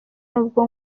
nubwo